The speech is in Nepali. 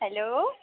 हेलो